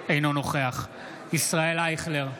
אינו נוכח ישראל אייכלר,